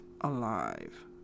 alive